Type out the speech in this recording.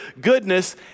goodness